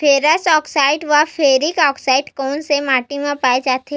Ferrous oxide व ferric oxide कोन सा माटी म पाय जाथे?